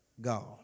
God